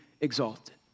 exalted